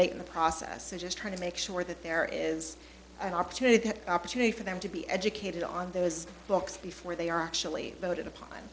late in the process just trying to make sure that there is an opportunity opportunity for them to be educated on those books before they are actually voted upon